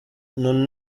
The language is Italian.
non